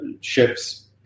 ships